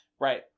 Right